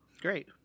Great